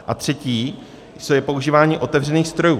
A třetí, co je používání otevřených zdrojů.